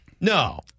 No